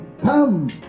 Come